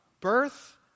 birth